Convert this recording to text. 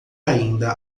ainda